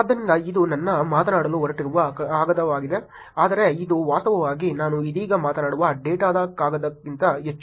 ಆದ್ದರಿಂದ ಇದು ನಾನು ಮಾತನಾಡಲು ಹೊರಟಿರುವ ಕಾಗದವಾಗಿದೆ ಆದರೆ ಇದು ವಾಸ್ತವವಾಗಿ ನಾನು ಇದೀಗ ಮಾತನಾಡುವ ಡೇಟಾದ ಕಾಗದಕ್ಕಿಂತ ಹೆಚ್ಚು